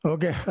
Okay